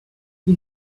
she